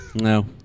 No